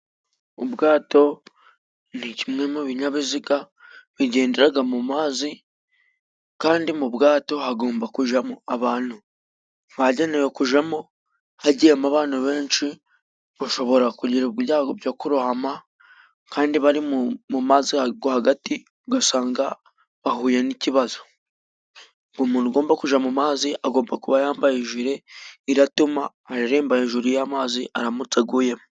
Ubwato ni kimwe mu binyabiziga bigenderaga mu mazi, kandi mu bwato hagomba kujamo abantu bagenewe kujamo, hagiyemo abantu benshi bashobora kugirwa ibyago byo kurohama, kandi bari mu mazi hagati, ugasanga bahuye n'ikibazo, umuntu ugomba kuja mu mazi agomba kuba yambaye ijire, iratuma areremba hejuru y'amazi aramutse aguyemo.